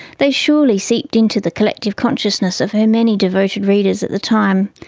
they surely seeped into the collective consciousness of her many devoted readers at the time,